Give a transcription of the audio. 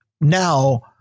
now